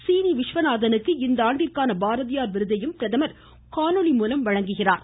சீனி விஸ்வநாதனுக்கு இந்த ஆண்டிற்கான பாரதியார் விருதை பிரதமர் காணொலி மூலம் வழங்குகிறார்